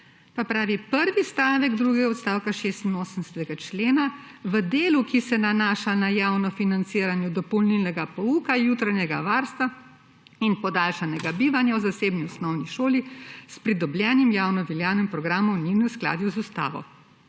pravi: »Prvi stavek drugega odstavka 86. člena v delu, ki se nanaša na javno financiranje dopolnilnega pouka, jutranjega varstva in podaljšanega bivanja v zasebni osnovni šoli s pridobljenim javnoveljavnim programom, ni v neskladju z ustavo.«